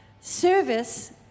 service